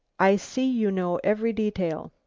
i see you know every detail.